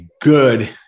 good